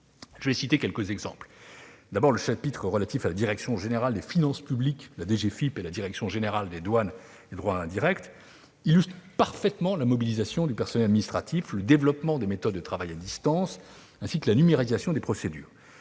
en donner quelques exemples. Le chapitre relatif à la direction générale des finances publiques (DGFiP) et à la direction générale des douanes et droits indirects (DGDDI) illustre parfaitement la mobilisation du personnel administratif, le développement des méthodes de travail à distance et la numérisation des procédures.